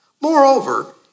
Moreover